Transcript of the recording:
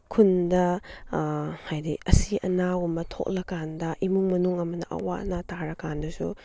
ꯈꯨꯟꯗ ꯍꯥꯏꯗꯤ ꯑꯁꯤ ꯑꯅꯥꯒꯨꯝꯕ ꯊꯣꯛꯂꯀꯥꯟꯗ ꯏꯃꯨꯡ ꯃꯅꯨꯡ ꯑꯃꯅ ꯑꯋꯥ ꯑꯅꯥ ꯇꯥꯔꯀꯥꯟꯗꯁꯨ